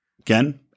again